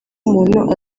umuntu